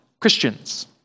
Christians